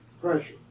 pressure